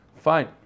fine